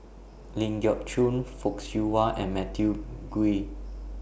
Ling Geok Choon Fock Siew Wah and Matthew Ngui